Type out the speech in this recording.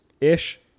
ish